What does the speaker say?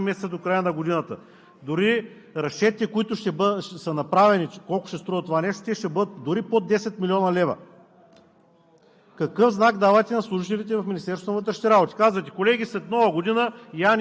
обнародването му да бъде или в петък, или другия вторник от следващия месец, а остават три месеца до края на годината. Разчетите, които ще са направени колко ще струва това нещо, ще бъдат дори под 10 млн. лв.